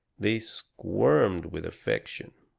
they squirmed with affection.